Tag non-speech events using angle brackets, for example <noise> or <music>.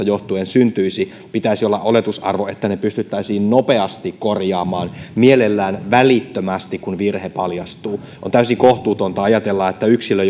<unintelligible> johtuen syntyisi pitäisi olla oletusarvo että ne pystyttäisiin nopeasti korjaamaan mielellään välittömästi kun virhe paljastuu on täysin kohtuutonta ajatella että yksilö <unintelligible>